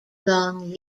long